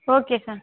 okay sir